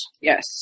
Yes